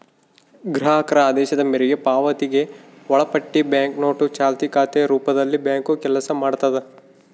ಗ್ರಾಹಕರ ಆದೇಶದ ಮೇರೆಗೆ ಪಾವತಿಗೆ ಒಳಪಟ್ಟಿ ಬ್ಯಾಂಕ್ನೋಟು ಚಾಲ್ತಿ ಖಾತೆ ರೂಪದಲ್ಲಿಬ್ಯಾಂಕು ಕೆಲಸ ಮಾಡ್ತದ